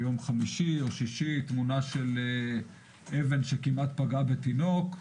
ביום חמישי או שישי תמונה של אבן שכמעט פגעה בתינוק.